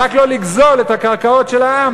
רק לא לגזול את הקרקעות של העם,